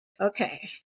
Okay